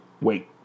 wait